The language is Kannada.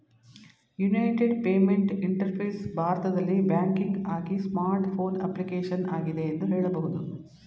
ಯುನಿಫೈಡ್ ಪೇಮೆಂಟ್ ಇಂಟರ್ಫೇಸ್ ಭಾರತದಲ್ಲಿ ಬ್ಯಾಂಕಿಂಗ್ಆಗಿ ಸ್ಮಾರ್ಟ್ ಫೋನ್ ಅಪ್ಲಿಕೇಶನ್ ಆಗಿದೆ ಎಂದು ಹೇಳಬಹುದು